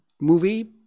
movie